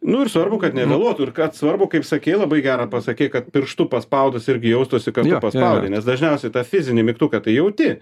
nu ir svarbu kad nevėluotų ir kad svarbu kaip sakei labai gerą pasakei kad pirštu paspaudus irgi jaustųsi kad tu paspaudei nes dažniausiai tą fizinį mygtuką tai jauti